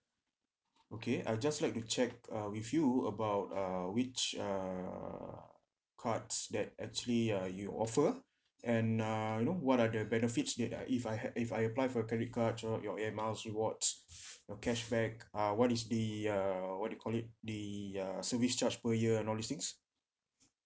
okay I just like to check uh with you about uh which uh cards that actually uh you offer and uh you know what are the benefits it uh if I had if I apply for your credit card your air miles rewards cashback uh what is the uh what you call it the uh service charge per year and all these things